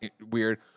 weird